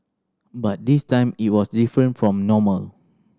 but this time it was different from normal